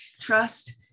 trust